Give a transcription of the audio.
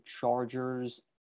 Chargers